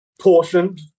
portioned